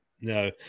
no